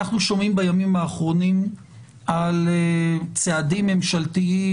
אנחנו שומעים בימים האחרונים על צעדים ממשלתיים